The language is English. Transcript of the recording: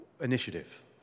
initiative